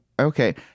okay